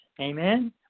Amen